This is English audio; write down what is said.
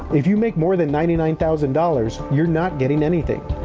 if you make more than ninety nine thousand dollars you're not getting anything.